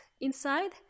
inside